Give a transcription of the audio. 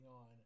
on